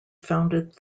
founded